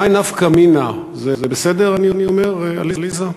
מאי נפקא מינה, בסדר אני אומר, עליזה?